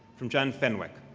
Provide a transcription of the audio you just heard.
from john fenwick,